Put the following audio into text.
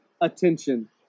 attention